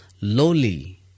lowly